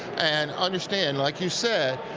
and understand, like you said,